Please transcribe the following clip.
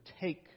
take